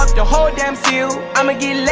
the whole damn seal, i'ma get